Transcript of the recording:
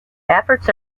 efforts